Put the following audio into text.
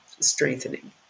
strengthening